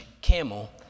camel